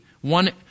one